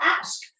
ask